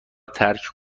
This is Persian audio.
ترک